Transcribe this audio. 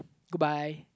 goodbye